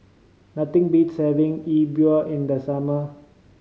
nothing beats having E Bua in the summer